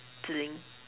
zhi ling